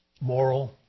Moral